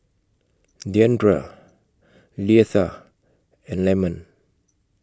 Deandra Leitha and Lemon